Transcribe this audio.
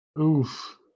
Oof